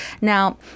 Now